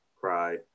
cry